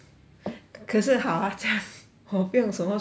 可是好他这样我不用什么说话